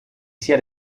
sia